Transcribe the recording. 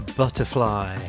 butterfly